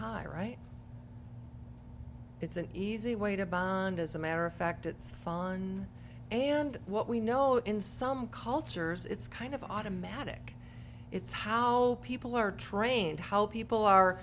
high right it's an easy way to bond as a matter of fact it's fun and what we know in some cultures it's kind of automatic it's how people are trained how people